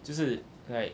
就是 like